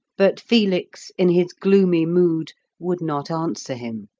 but felix, in his gloomy mood, would not answer him.